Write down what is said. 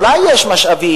אולי יש משאבים,